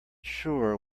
sure